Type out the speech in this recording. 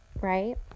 right